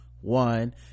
one